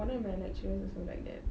one of my lecturers also like that